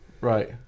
right